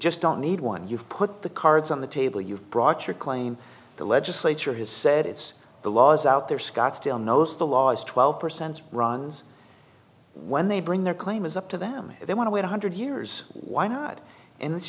just don't need one you've put the cards on the table you brought your claim the legislature has said it's the law is out there scottsdale knows the law is twelve percent runs when they bring their claim is up to them if they want to wait a hundred years why not and